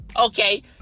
okay